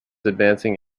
advancing